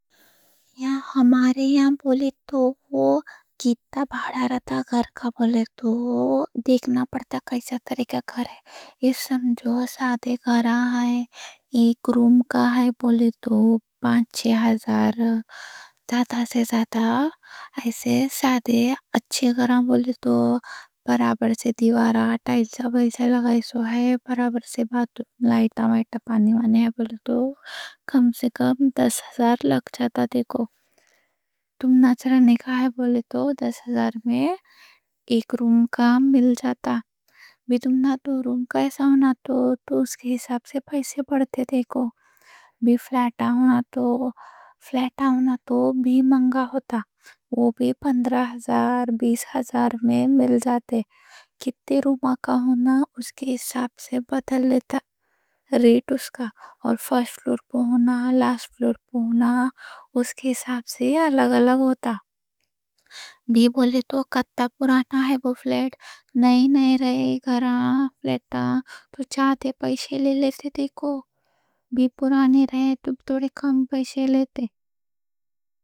ہمارے یہاں بولے تو کتنا بھاڑا رہتا۔ گھر کا بولے تو دیکھنا پڑتا کیسا طریقے کا گھر ہے۔ یہ سمجھو سادے گھراں ہے، ایک روم کا ہے بولے تو پانچ چھ ہزار زیادہ سے زیادہ۔ ایسے سادے اچھے گھراں بولے تو برابر سے دیوارا ٹائٹ سا بھائی سا لگائیسو ہے۔ برابر سے باتھ، لائٹا مائٹا، پانی وانے ہے بولے تو کم سے کم دس ہزار لگ جاتا۔ دیکھو تمنا رہنے کا ہے بولے تو دس ہزار میں ایک روم کا مل جاتا۔ بھی تمنا روم کا ایسا ہونا تو اُس کے حساب سے پیسے بڑھتے دیکھو۔ فلیٹ آونا تو فلیٹ آونا تو بھی منگا ہوتا۔ وہ بھی پندرہ ہزار بیس ہزار میں مل جاتے۔ کتنے روم کا ہونا اُس کے حساب سے بدل لیتا ریٹ اس کا۔ اور فرسٹ فلور پے ہونا، لاسٹ فلور پے ہونا، اُس کے حساب سے الگ الگ ہوتا۔ بولے تو کتنا پرانا ہے وہ فلیٹ۔ نئے نئے رہے گھراں فلیٹا تو چاہتے پیسے لے لیتے۔ دیکھو بھی پرانے رہے تو تھوڑے کم پیسے لیتے۔